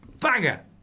Banger